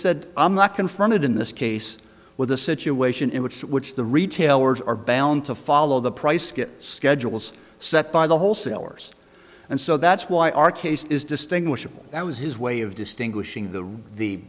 said i'm not confronted in this case with a situation in which which the retailers are bound to follow the price schedules set by the wholesalers and so that's why our case is distinguishable that was his way of distinguishing the